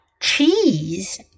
Cheese